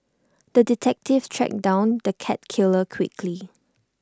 the detective tracked down the cat killer quickly